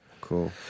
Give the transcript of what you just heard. Cool